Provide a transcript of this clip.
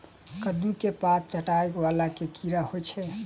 कद्दू केँ पात चाटय वला केँ कीड़ा होइ छै?